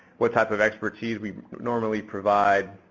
what types of expertise we normally provide.